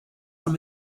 from